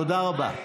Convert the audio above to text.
תודה רבה.